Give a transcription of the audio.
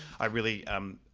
i really am